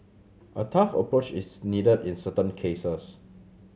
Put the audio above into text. a tough approach is needed in certain cases